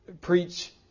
preach